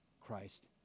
Christ